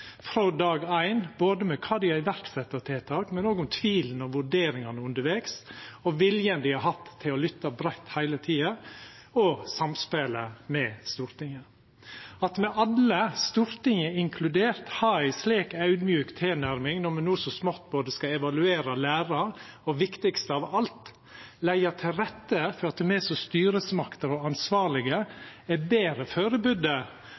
frå dag éin om kva dei har sett i verk av tiltak, men òg om tvilen og vurderingane undervegs, viljen dei har hatt til å lytta breitt heile tida og samspelet med Stortinget. At me alle, Stortinget inkludert, har ei slik audmjuk tilnærming når me no så smått skal både evaluera og læra, og – viktigast av alt – leggja til rette for at me som styresmakter og